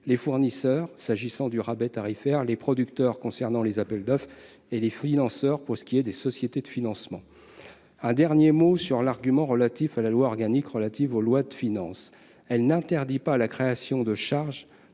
les fournisseurs, s'agissant du rabais tarifaire, les producteurs, concernant les appels d'offres, et les financeurs, pour ce qui est des sociétés de financement. Un dernier mot sur l'argument relatif à la LOLF : celle-ci n'interdit pas la création de charges